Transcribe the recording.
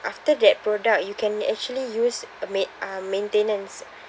after that product you can actually use main~ uh maintenance